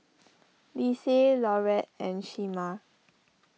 Lise Laurette and Shemar